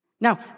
Now